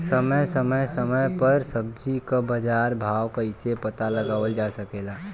समय समय समय पर सब्जी क बाजार भाव कइसे पता लगावल जा सकेला?